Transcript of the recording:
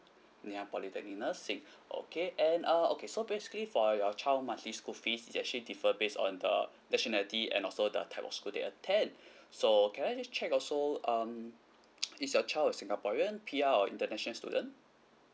ngee ann polytechnic nursing okay and err okay so basically for your child monthly school fees is actually differ based on the nationality and also the type of school they attend so can I just check also um is your child a singaporean P_R or international student